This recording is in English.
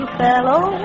fellow